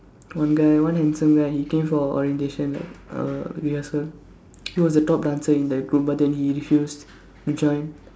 one guy one handsome guy he came for orientation like uh rehearsal he was the top dancer in the group but then he refused to join